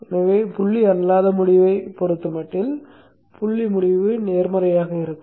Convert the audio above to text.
எனவே புள்ளி அல்லாத முடிவைப் பொறுத்தமட்டில் புள்ளி முடிவு நேர்மறையாக இருக்கும்